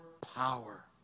power